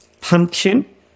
pumpkin